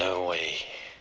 no way